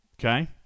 okay